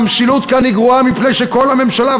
המשילות כאן גרועה מפני שכל הממשלה,